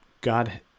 God